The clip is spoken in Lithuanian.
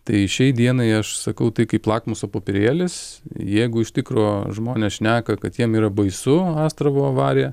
tai šiai dienai aš sakau tai kaip lakmuso popierėlis jeigu iš tikro žmonės šneka kad jiem yra baisu astravo avarija